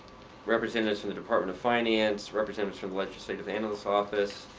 representatives from the department of finance, representatives from the legislative analyst's office,